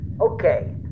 Okay